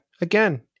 Again